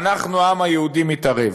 אנחנו, העם היהודי, מתערב.